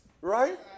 Right